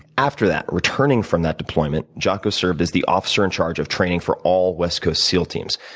after that, returning from that deployment, jocko served as the officer in charge of training for all west coast seal teams,